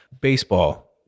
Baseball